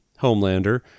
Homelander